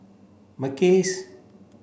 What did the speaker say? Mackays